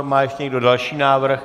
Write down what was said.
Má ještě někdo další návrh?